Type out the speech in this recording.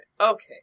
Okay